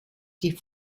die